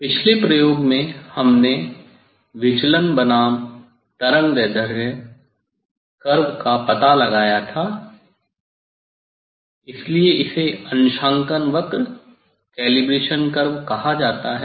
पिछले प्रयोग में पहले हमने विचलन बनाम तरंगदैर्ध्य वेवलेंथ कर्व का पता लगाया था इसलिए इसे अंशांकन वक्र कहा जाता है